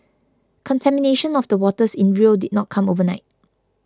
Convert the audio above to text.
contamination of the waters in Rio did not come overnight